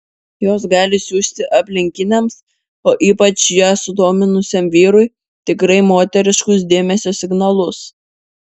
jos gali siųsti aplinkiniams o ypač ją sudominusiam vyrui tikrai moteriškus dėmesio signalus